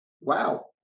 wow